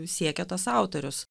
siekia tas autorius